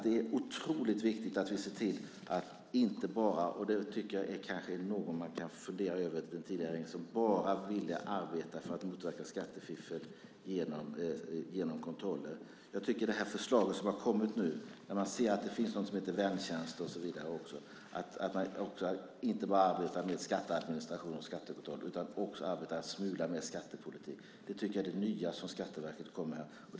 Det är otroligt viktigt att vi ser till att vi inte bara arbetar för att motverka skattefiffel med hjälp av kontroller. Det framlagda förslaget, med väntjänst och så vidare, innebär att man inte bara arbetar med skatteadministration och skattebetalningar utan också arbetar en smula med skattepolitik. Det är det nya som Skatteverket kommer med.